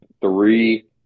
three